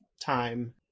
time